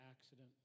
accident